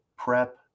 Prep